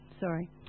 sorry